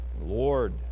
Lord